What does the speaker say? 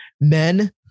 men